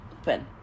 open